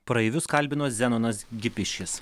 praeivius kalbino zenonas gipiškis